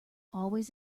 always